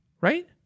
right